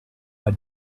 are